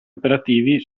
operativi